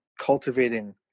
cultivating